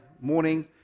morning